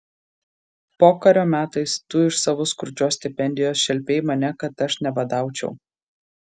pokario metais tu iš savo skurdžios stipendijos šelpei mane kad aš nebadaučiau